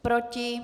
Proti?